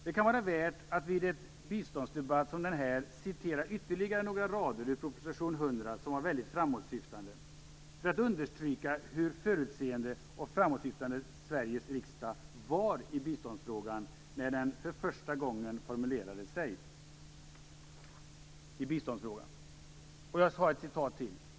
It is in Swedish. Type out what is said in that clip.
Det kan vara värt att vid en biståndsdebatt som denna citera ytterligare några rader ur proposition 100 för att understryka hur förutseende och framåtsyftande Sveriges riksdag var i biståndsfrågan när den för första gången formulerade sig i frågan.